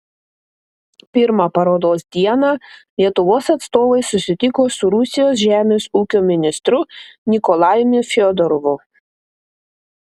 pirmą parodos dieną lietuvos atstovai susitiko su rusijos žemės ūkio ministru nikolajumi fiodorovu